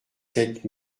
sept